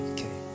Okay